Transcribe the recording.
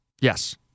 Yes